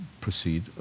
proceed